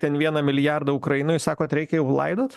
ten vieną milijardą ukrainoj sakot reikia jau laidot